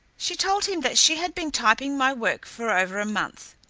she told him that she had been typing my work for over a month,